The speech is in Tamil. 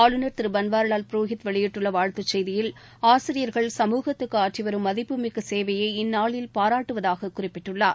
ஆளுநர் திரு பன்வாரிலால் புரோஹித் வெளியிட்டுள்ள வாழ்த்துச் செய்தியில் ஆசிரியர்கள் சமூகத்துக்கு ஆற்றிவரும் மதிப்புமிக்க சேவையை இந்நாளில் பாராட்டுவதாக குறிப்பிட்டுள்ளார்